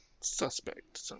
suspect